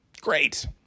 Great